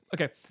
Okay